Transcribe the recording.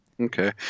Okay